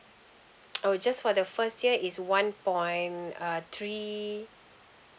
oh just for the first year is one point uh three